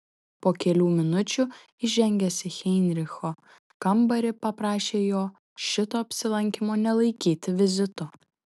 po kelių minučių įžengęs į heinricho kambarį paprašė jo šito apsilankymo nelaikyti vizitu